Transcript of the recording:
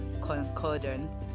concordance